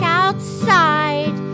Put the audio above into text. outside